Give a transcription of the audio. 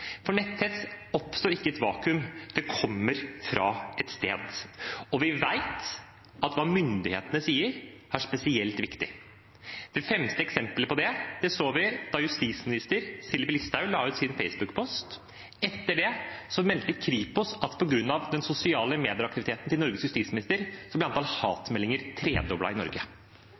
for netthets oppstår ikke i et vakuum; det kommer fra et sted. Og vi vet at hva myndighetene sier, er spesielt viktig. Det fremste eksempelet på det så vi da justisminister Sylvi Listhaug la ut sin Facebook-post. Etter det meldte Kripos at på grunn av den sosiale medieaktiviteten til Norges justisminister ble antall hatmeldinger tredoblet i Norge.